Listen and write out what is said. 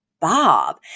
Bob